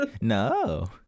No